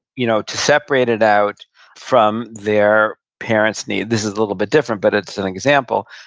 you know to separate it out from their parents' need. this is a little bit different, but it's an example.